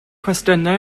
cwestiynau